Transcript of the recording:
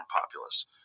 populace